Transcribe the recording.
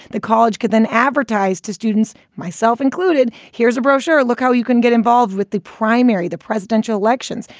the college could then advertise to students, myself included. here's a brochure. look how you can get involved with the primary, the presidential elections.